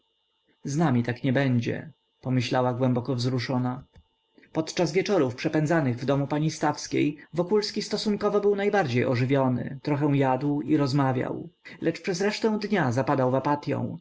z nami tak nie będzie pomyślała głęboko wzruszona podczas wieczorów przepędzanych w domu pani stawskiej wokulski stosunkowo był najbardziej ożywiony trochę jadł i rozmawiał lecz przez resztę dnia zapadał